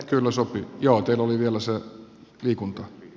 kyllä sopii teillä oli vielä se liikuntarajoite